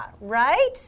right